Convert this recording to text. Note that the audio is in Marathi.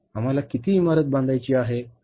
आम्हाला किती इमारत बांधायची आहे